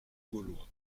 gaulois